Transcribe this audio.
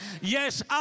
Yes